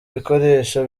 ibikoresho